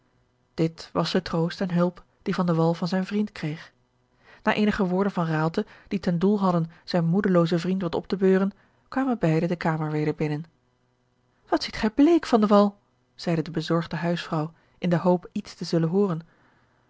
dit was de troost en hulp die van de wall van zijn vriend kreeg na eenige woorden van raalte die ten doel hadden zijn moedeloozen vriend wat op te beuren kwamen beide de kamer weder binnen wat ziet gij bleek van de wall zeide de bezorgde huisvrouw in de hoop iets te zullen hooren